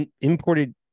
imported